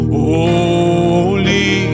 holy